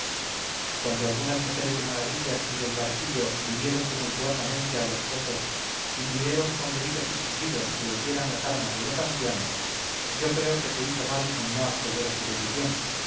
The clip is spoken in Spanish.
cuando algunas mujeres de maravillas y del barquillo vinieron tumultuosamente a los pozos y pidieron con gritos y chillidos que les dieran las armas de los ancianos yo creo que se hizo mal en no acceder a su petición